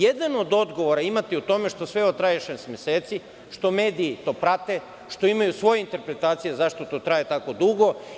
Jedan od odgovora imate i u tome što sve ovo traje šest meseci, što mediji to prate, što imaju svoje interpretacije zašto to traje tako dugo.